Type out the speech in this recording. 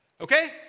Okay